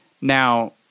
Now